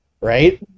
right